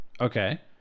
Okay